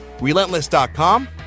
Relentless.com